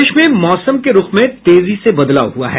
प्रदेश में मौसम के रूख में तेजी से बदलाव हुआ है